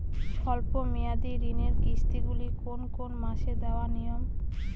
স্বল্প মেয়াদি ঋণের কিস্তি গুলি কোন কোন মাসে দেওয়া নিয়ম?